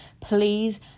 please